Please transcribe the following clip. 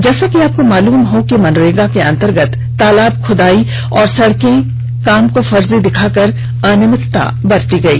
जैसा कि आपको मालूम हो कि मनरेगा के अंतर्गत तालाब खुदाई और सड़के काम को फर्जी दिखाकर अनियमितता बरती गयी